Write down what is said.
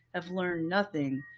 i've learned nothing.